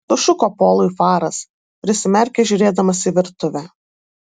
sušuko polui faras prisimerkęs žiūrėdamas į virtuvę